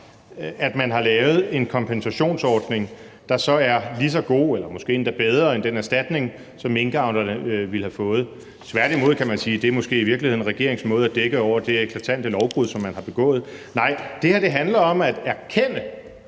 om man har lavet en kompensationsordning, der så er lige så god eller måske er bedre end den erstatning, som minkavlerne ville have fået. Tværtimod kan man sige, at det måske i virkeligheden er regeringens måde at dække over det eklatante lovbrud, som man har begået. Nej, det her handler om at erkende,